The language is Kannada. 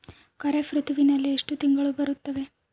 ಖಾರೇಫ್ ಋತುವಿನಲ್ಲಿ ಎಷ್ಟು ತಿಂಗಳು ಬರುತ್ತವೆ?